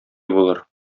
булыр